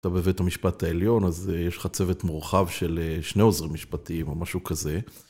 אתה בבית המשפט העליון, אז יש לך צוות מורחב של שני עוזרים משפטיים או משהו כזה.